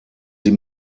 sie